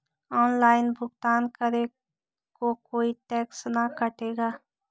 Online भुगतान करे को कोई टैक्स का कटेगा?